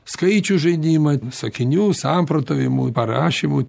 skaičių žaidimą sakinių samprotavimų parašymų